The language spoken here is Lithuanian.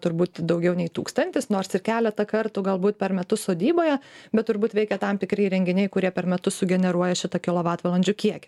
turbūt daugiau nei tūkstantis nors ir keletą kartų galbūt per metus sodyboje bet turbūt veikia tam tikri įrenginiai kurie per metus sugeneruoja šitą kilovatvalandžių kiekį